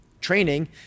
Training